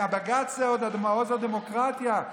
והבג"ץ הוא עוד מעוז הדמוקרטיה.